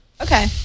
Okay